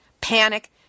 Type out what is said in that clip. panic